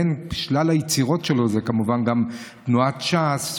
בין שלל היצירות שלו זה כמובן גם תנועת ש"ס,